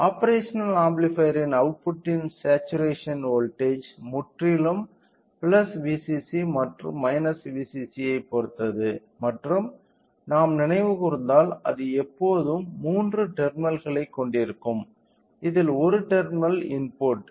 எனவே ஆப்பேரஷனல் ஆம்பிளிபையர்ன் அவுட்புட்டின் சேச்சுரேசன் வோல்ட்டேஜ் முற்றிலும் Vcc மற்றும் Vcc ஐப் பொறுத்தது மற்றும் நாம் நினைவுகூர்ந்தால் அது எப்போதும் மூன்று டெர்மினல்களைக் கொண்டிருக்கும் இதில் ஒரு டெர்மினல் இன்புட்